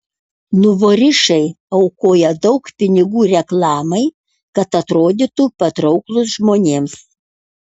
nuvorišai aukoja daug pinigų reklamai kad atrodytų patrauklūs žmonėms